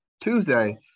Tuesday